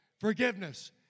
forgiveness